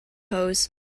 pose